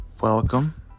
welcome